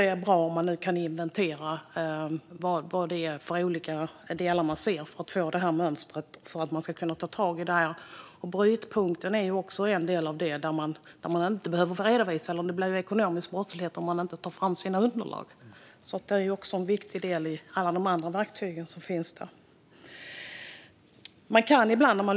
Det vore bra om man nu kan inventera vilka olika delar som finns, för att kunna se mönstret och ta tag i det. Brytpunkten är också en del. Det gäller även om man inte redovisar. Det ska vara ekonomisk brottslighet om man inte tar fram sina underlag. Det är en viktig del bland alla de andra verktyg som finns.